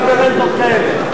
גם ברנטות כאלה.